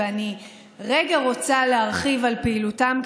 ואני רוצה רגע להרחיב על פעילותם,